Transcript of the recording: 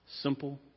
Simple